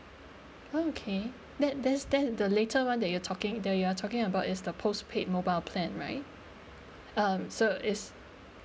okay that that's that is the later one that you're talking that you are talking about is the postpaid mobile plan right um so it's